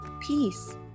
peace